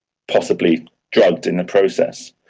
possibly drugged in the process.